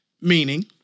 Meaning